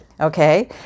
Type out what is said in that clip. Okay